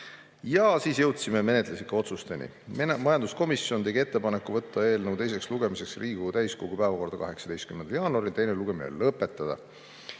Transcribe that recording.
Ja siis jõudsime menetluslike otsusteni. Majanduskomisjon tegi ettepaneku võtta eelnõu teiseks lugemiseks Riigikogu täiskogu päevakorda 18. jaanuaril ja teine lugemine lõpetada.